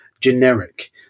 generic